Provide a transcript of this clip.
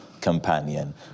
companion